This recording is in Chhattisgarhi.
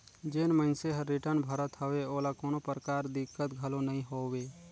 जेन मइनसे हर रिटर्न भरत हवे ओला कोनो परकार दिक्कत घलो नइ होवे